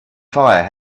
fire